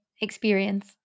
experience